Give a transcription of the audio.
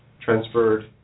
transferred